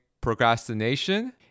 procrastination